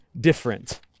different